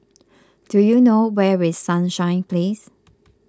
do you know where is Sunshine Place